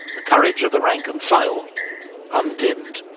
the courage of the rank-and-file undimmed.